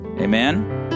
Amen